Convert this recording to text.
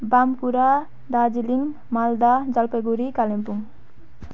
Bankura Darjeeling Malda Jalpaiguri Kalimpong